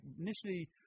initially